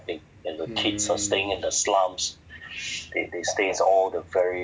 mm